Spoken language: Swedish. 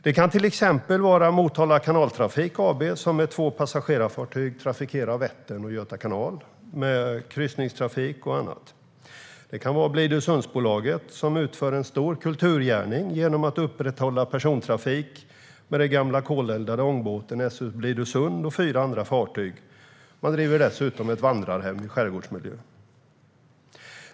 Det kan till exempel vara Motala Kanaltrafik AB, som med två passagerarfartyg trafikerar Vättern och Göta kanal med kryssningstrafik och annat. Det kan vara Blidösundsbolaget, som utför en stor kulturgärning genom att upprätthålla persontrafik med den gamla koleldade ångbåten s/s Blidösund och fyra andra fartyg. Man driver dessutom ett vandrarhem i skärgårdsmiljö.